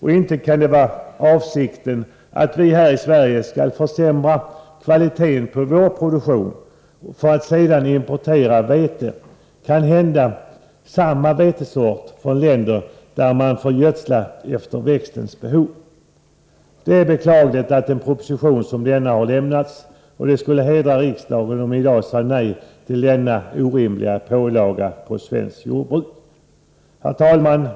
Och inte kan det vara avsikten att vi här i Sverige skall försämra kvaliteten på vår produktion för att sedan importera vete — ja, kanhända samma vetesort — från länder där man får gödsla efter växtens behov? Det är beklagligt att en proposition som denna har lämnats, och det skulle hedra riksdagen om den i dag sade nej till denna orimliga pålaga på svenskt jordbruk. Herr talman!